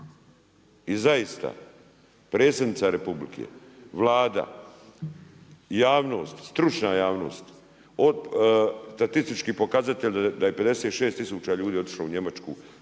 I zaista, predsjednica Republike, Vlada, javnost, stručna javnost, statistički pokazatelji da je 56 tisuća ljudi otišlo u Njemačku